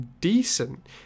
decent